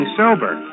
sober